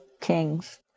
kings